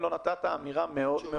ארבעה רימוני הלם,